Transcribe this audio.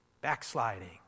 backsliding